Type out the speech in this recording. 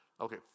Okay